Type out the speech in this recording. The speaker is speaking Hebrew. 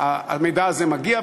המידע הזה מגיע,